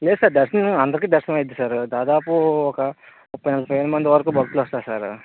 లేదు సార్ దర్శనం అందరికీ దర్శనమయిద్ధి సార్ దాదాపు ఒక ముప్పై నలభై వేల మంది వరకు భక్తులు వస్తారు సార్